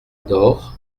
dort